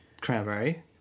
cranberry